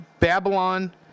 Babylon